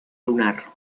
lunar